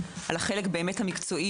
החלק הבריאותי,